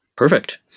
Perfect